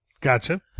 Gotcha